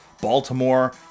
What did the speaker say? Baltimore